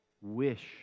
wish